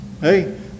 Hey